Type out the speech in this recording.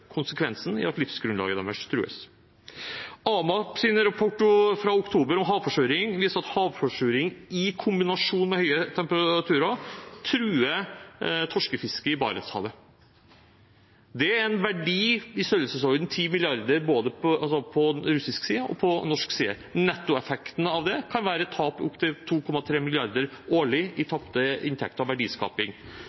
Konsekvensen er at livsgrunnlaget deres trues. Rapporten fra AMAP, Arktisk råds arktiske overvåkings- og evalueringsprogram, fra oktober om havforsuring viser at havforsuring i kombinasjon med høye temperaturer truer torskefisket i Barentshavet. Det har en verdi i størrelsesordenen 10 mrd. kr på både russisk og norsk side. Nettoeffekten av det kan være på opptil 2,3 mrd. kr årlig i